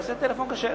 יעשה טלפון כשר.